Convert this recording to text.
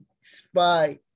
spy